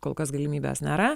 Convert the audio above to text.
kol kas galimybės nėra